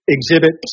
Exhibit